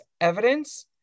evidence